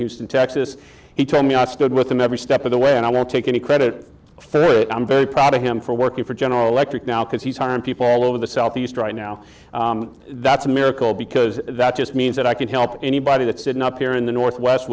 houston texas he told me i stood with them every step of the way and i won't take any credit for it i'm very proud of him for working for general electric now because he's hiring people all over the southeast right now that's a miracle because that just means that i can help anybody that's sitting up here in the northwest